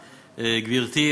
גברתי,